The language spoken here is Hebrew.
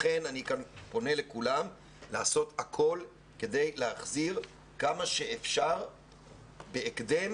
לכן אני פונה לכולם לעשות הכול כדי להחזיר כמה שאפשר בהקדם